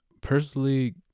personally